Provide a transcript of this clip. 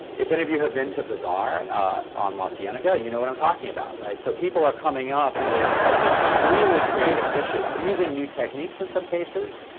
if any of you have been to bazaar on la so cienega, you know what i'm talking about, right? so people are coming up with extremely creative dishes using new techniques, in some cases.